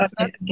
okay